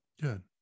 Good